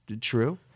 true